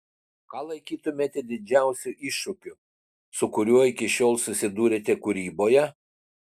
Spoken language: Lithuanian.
ką laikytumėte didžiausiu iššūkiu su kuriuo iki šiol susidūrėte kūryboje